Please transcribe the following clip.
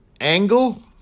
angle